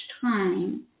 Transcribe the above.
time